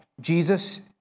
Jesus